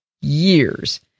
years